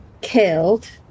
killed